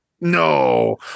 No